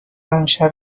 امشب